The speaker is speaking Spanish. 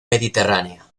mediterránea